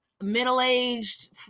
middle-aged